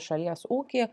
šalies ūkyje